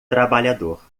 trabalhador